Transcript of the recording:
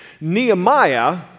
Nehemiah